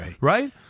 right